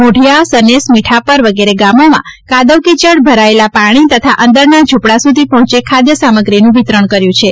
માઢિયા સનેસ મીઠાપર વગેરે ગામોમાં કાદવ કીચડ ભરાયેલાં પાણી તથા અંદરના ઝુંપડા સુધી પહોંચી ખાદ્યસામગ્રી વિતરણ કર્યું હતું